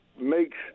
makes